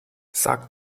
sag